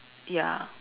ya